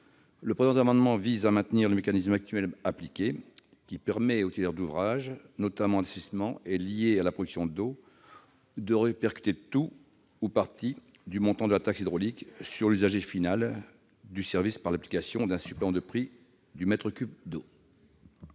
Le présent amendement vise à maintenir le mécanisme actuellement appliqué, qui permet aux titulaires d'ouvrages notamment d'assainissement et liés à la production d'eau, de répercuter tout ou partie du montant de la taxe hydraulique sur l'usager final du service, par l'application d'un supplément au prix du mètre cube d'eau.